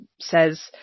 says